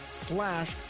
slash